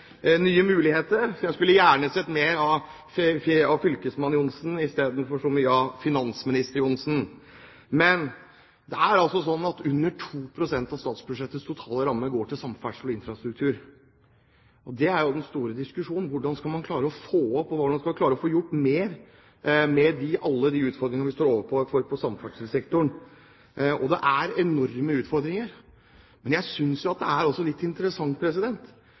muligheter. Så jeg skulle gjerne sett mer av fylkesmann Johnsen i stedet for så mye av finansminister Johnsen. Det er altså sånn at under 2 pst. av statsbudsjettets totale ramme går til samferdsel og infrastruktur, og det er jo den store diskusjonen, hvordan skal man klare å få opp dette, og hvordan skal man klare å få gjort mer med alle de utfordringene vi står overfor på samferdselssektoren. Det er enorme utfordringer. Men jeg synes jo at det er litt interessant